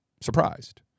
surprised